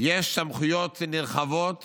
יש סמכויות נרחבות